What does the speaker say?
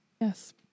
yes